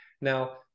Now